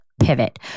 pivot